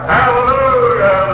Hallelujah